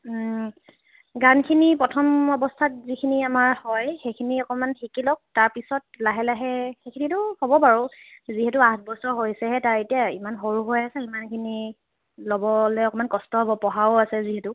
গানখিনি প্ৰথম অৱস্থাত যিখিনি আমাৰ হয় সেইখিনি অকণমান শিকি লওক তাৰপিছত লাহে লাহে শিকিলেও হ'ব বাৰু যিহেতু আঠ বছৰ হৈছেহে তাৰ এতিয়া ইমান সৰু হৈ আছে ইমানখিনি ল'বলৈ অলপ কষ্টও হ'ব পঢ়াও আছে যিহেতু